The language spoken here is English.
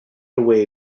away